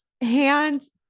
hands